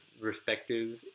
respective